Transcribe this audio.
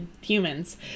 humans